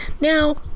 Now